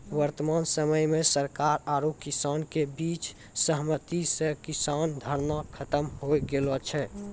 वर्तमान समय मॅ सरकार आरो किसान के बीच सहमति स किसान धरना खत्म होय गेलो छै